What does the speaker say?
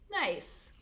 Nice